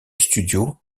studio